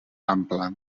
ample